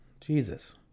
Jesus